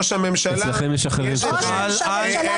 משורותינו?